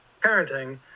parenting